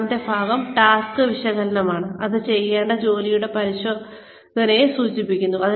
രണ്ടാമത്തെ ഭാഗം ടാസ്ക് വിശകലനമാണ് ഇത് ചെയ്യേണ്ട ജോലിയുടെ പരിശോധനയെ സൂചിപ്പിക്കുന്നു